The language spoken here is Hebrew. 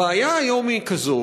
הבעיה כיום היא כזאת